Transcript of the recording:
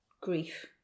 grief